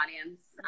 audience